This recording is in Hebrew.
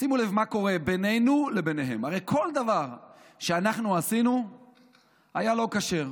שימו לב מה קורה בינינו לבינם: הרי כל דבר שאנחנו עשינו היה לא כשר,